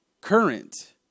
current